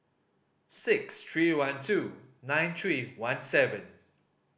six three one two nine three one seven